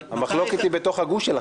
המחלוקת היא בתוך הגוש שלכם.